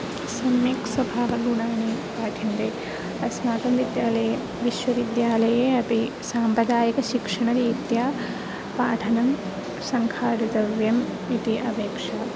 सम्यक् स्वभावगुणानि पाठ्यन्ते अस्माकं विद्यालये विश्वविद्यालये अपि साम्प्रदायिकशिक्षणरीत्या पाठनं सङ्खाटितव्यम् इति अपेक्षा